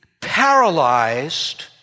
paralyzed